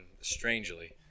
strangely